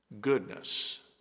goodness